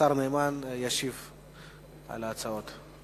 השר נאמן ישיב על ההצעות.